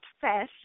fashion